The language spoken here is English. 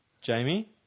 Jamie